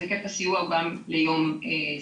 אז היקף הסיוע הוא גם ליום זה.